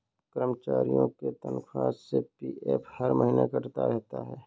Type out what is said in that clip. कर्मचारियों के तनख्वाह से पी.एफ हर महीने कटता रहता है